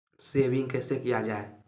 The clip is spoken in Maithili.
सेविंग कैसै किया जाय?